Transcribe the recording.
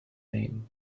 name